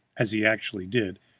as he actually did,